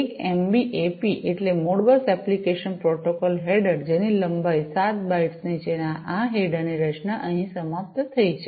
એક એમબીએપી એટલે Modbus application protocol header જેની લંબાઈ 7 બાઇટ્સની છે અને આ હેડર ની રચના અહીં સમાપ્ત થઈ છે